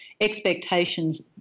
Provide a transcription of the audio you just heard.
expectations